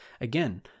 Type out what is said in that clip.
Again